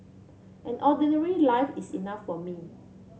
an ordinary life is enough for me